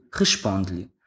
responde-lhe